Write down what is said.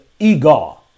Egar